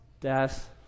death